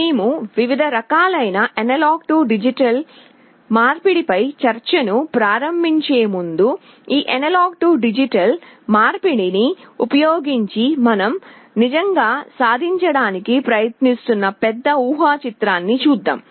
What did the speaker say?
మేము వివిధ రకాలైన A D మార్పిడిపై చర్చను ప్రారంభించే ముందు ఈ A D మార్పిడిని ఉపయోగించి మనం నిజంగా సాధించడానికి ప్రయత్నిస్తున్న పెద్ద ఊహాచిత్రాన్ని చూద్దాం